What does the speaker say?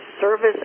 service